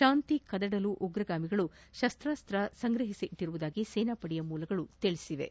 ಶಾಂತಿ ಕದಡಲು ಉಗ್ರರು ಶಸ್ತ್ರಾಸ್ತ್ರಗಳನ್ನು ಸಂಗ್ರಹಿಸಿರುವುದಾಗಿ ಸೇನಾಪಡೆ ಮೂಲಗಳು ತಿಳಿಸಿವೆ